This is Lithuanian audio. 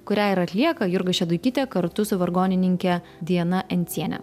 kurią ir atlieka jurga šeduikytė kartu su vargonininke diana enciene